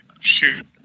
shoot